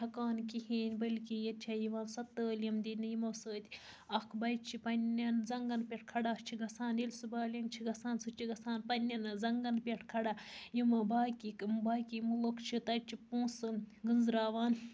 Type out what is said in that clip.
ہٮ۪کان کِہیٖنۍ بلکہٕ ییٚتہِ چھےٚ یِوان سۄ تعلیٖم دِنہٕ یِمَو سۭتۍ اَکھ بَچہٕ چھِ پَنٛنیٚن زَنٛگَن پٮ۪ٹھ کھڑا چھِ گژھان ییٚلہِ سُہ بالینگ چھِ گژھان سُہ چھِ گژھان پَنٛنیٚن زَنٛگَن پٮ۪ٹھ کھڑا یِمہٕ باقٕے باقٕے مُلُک چھِ تَتہِ چھِ پۄنٛسَن گَنٛزراوان